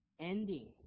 ending